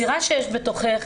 היצירה שיש בתוכך,